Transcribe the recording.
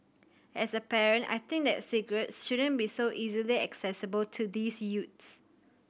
as a parent I think that cigarettes shouldn't be so easily accessible to these youths